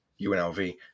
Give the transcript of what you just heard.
UNLV